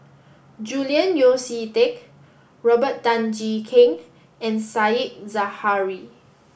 Julian Yeo See Teck Robert Tan Jee Keng and Said Zahari